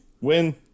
Win